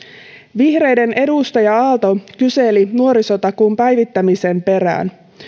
vihreiden edustaja aalto kyseli nuorisotakuun päivittämisen perään